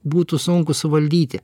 būtų sunku suvaldyti